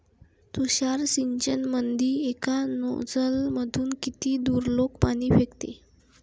तुषार सिंचनमंदी एका नोजल मधून किती दुरलोक पाणी फेकते?